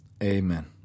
Amen